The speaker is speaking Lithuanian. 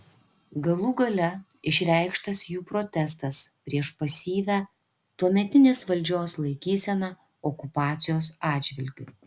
galų gale išreikštas jų protestas prieš pasyvią tuometinės valdžios laikyseną okupacijos atžvilgiu